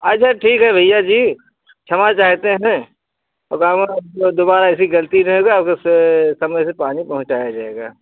अच्छा ठीक है भैया जी क्षमा चाहते हैं तो का मा द दोबारा ऐसी गलती नहीं होगी औ सब स समय से पानी पहुँचाया जाएगा